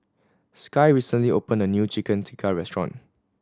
Sky recently opened a new Chicken Tikka restaurant